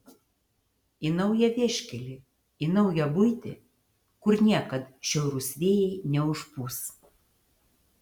į naują vieškelį į naują buitį kur niekad šiaurūs vėjai neužpūs